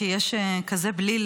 כי יש כזה בליל